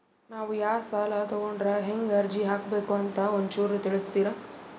ನಾವು ಯಾ ಸಾಲ ತೊಗೊಂಡ್ರ ಹೆಂಗ ಅರ್ಜಿ ಹಾಕಬೇಕು ಅಂತ ಒಂಚೂರು ತಿಳಿಸ್ತೀರಿ?